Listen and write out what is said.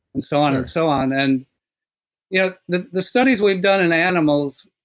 and so on, and so on. and yeah the the studies we've done in animals,